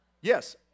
Yes